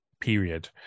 period